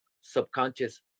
subconscious